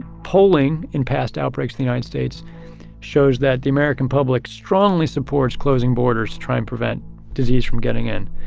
polling in past outbreaks, the united states shows that the american public strongly supports closing borders, try and prevent disease from getting in.